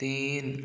तीन